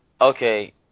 Okay